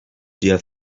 dear